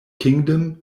kingdom